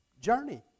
journey